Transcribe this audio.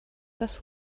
dass